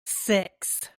six